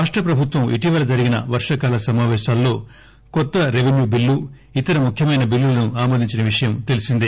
రాష్టప్రభుత్వం ఇటీవల జరిగిన వర్గాకాల సమావేశాల్లో కొత్త రెవెన్యూ బిల్లు ఇతర ముఖ్యమైన బిల్లులను ఆమోదించిన విషయం తెలిసిందే